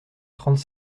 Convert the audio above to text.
trente